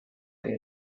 they